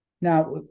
Now